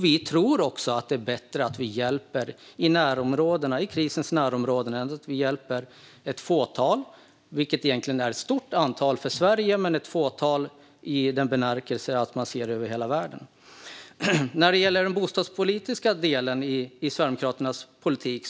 Vi tror också att det är bättre att vi hjälper i krisens närområden än att vi hjälper ett fåtal. Det är egentligen ett stort antal för Sverige, men det är ett fåtal om man ser det över hela världen. Sedan gäller det den bostadspolitiska delen i Sverigedemokraternas politik.